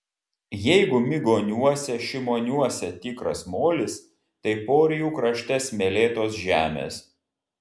jeigu migoniuose šimoniuose tikras molis tai porijų krašte smėlėtos žemės